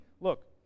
look